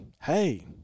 Hey